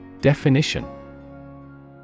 Definition